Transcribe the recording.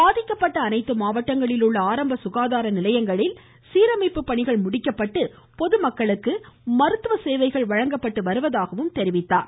பாதிக்கப்பட்ட அனைத்து மாவட்டங்களில் உள்ள ஆரம்ப சுகாதார நிலையங்களில் சீரமைப்பு பணிகள் முடிக்கப்பட்டு பொதுமக்களுக்கு மருத்துவ சேவைகள் வழங்கப்பட்டு வருவதாக கூறினார்